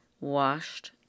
washed